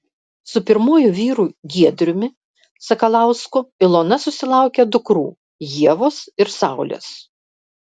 su pirmuoju vyru giedriumi sakalausku ilona susilaukė dukrų ievos ir saulės